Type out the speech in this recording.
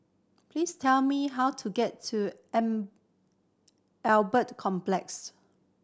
please tell me how to get to am Albert Complex